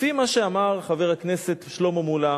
לפי מה שאמר חבר הכנסת שלמה מולה,